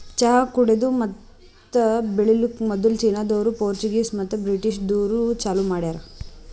ಚಹಾ ಕುಡೆದು ಮತ್ತ ಬೆಳಿಲುಕ್ ಮದುಲ್ ಚೀನಾದೋರು, ಪೋರ್ಚುಗೀಸ್ ಮತ್ತ ಬ್ರಿಟಿಷದೂರು ಚಾಲೂ ಮಾಡ್ಯಾರ್